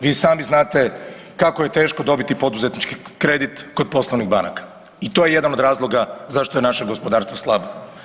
Vi sami znate kako je teško dobiti poduzetnički kredit kod poslovnih banaka i to je jedan od razloga zašto je naše gospodarstvo slabo.